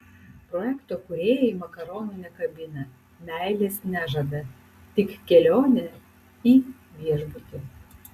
projekto kūrėjai makaronų nekabina meilės nežada tik kelionę į viešbutį